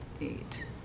eight